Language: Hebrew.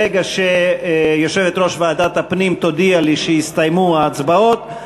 ברגע שיושבת-ראש ועדת הפנים תודיע לי שהסתיימו ההצבעות,